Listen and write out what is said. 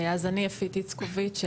אז אני יפית איצקוביץ',